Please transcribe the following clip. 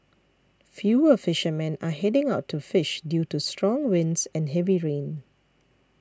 fewer fishermen are heading out to fish due to strong winds and heavy rain